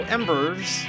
Embers